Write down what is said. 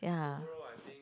ya